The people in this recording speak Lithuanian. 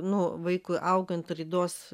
nu vaikui augant raidos